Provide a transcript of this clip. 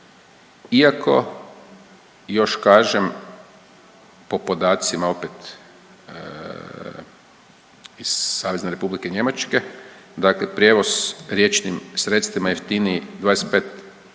iako još kažem po podacima opet iz Savezne Republike Njemačke, dakle prijevoz riječnim sredstvima jeftiniji